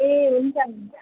ए हुन्छ हुन्छ